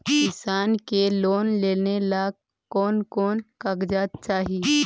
किसान के लोन लेने ला कोन कोन कागजात चाही?